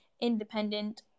independent